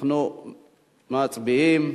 אנחנו מצביעים.